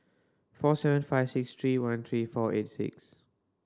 four seven five six three one three four eight six